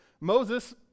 Moses